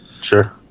Sure